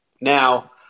Now